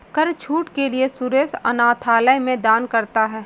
कर छूट के लिए सुरेश अनाथालय में दान करता है